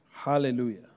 Hallelujah